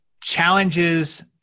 challenges